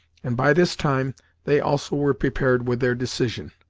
and by this time they also were prepared with their decision.